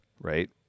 right